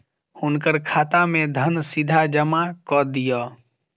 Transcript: हुनकर खाता में धन सीधा जमा कअ दिअ